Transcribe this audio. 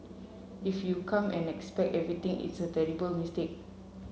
if you come and expect everything it's a terrible mistake